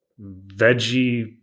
veggie